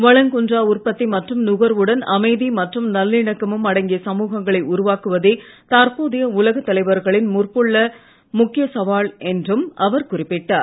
வளங்குன்றா உற்பத்தி மற்றும் நுர்வுடன் அமைதி மற்றும் நல்லிணக்கமும் அடங்கிய சமூகங்களை உருவாக்குவதே தற்போதைய உலகத் தலைவர்களின் முன்புள்ள முக்கிய சவால் என்றும் அவர் குறிப்பிட்டார்